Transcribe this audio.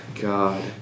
God